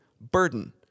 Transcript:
burden